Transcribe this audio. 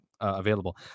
available